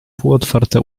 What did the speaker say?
półotwarte